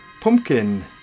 pumpkin